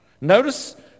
notice